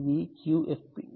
దాని QFP ఇది